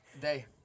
day